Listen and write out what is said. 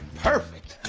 perfect!